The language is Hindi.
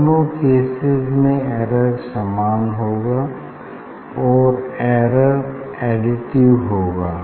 दोनों केसेस में एरर समान होगा और एरर एडिटिव होगा